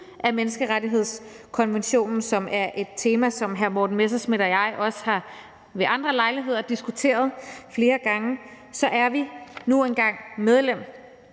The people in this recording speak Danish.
af menneskerettighedskonventionen, som er et tema, som hr. Morten Messerschmidt og jeg også flere gange ved andre lejligheder har diskuteret, så har vi nu engang